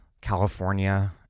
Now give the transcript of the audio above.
California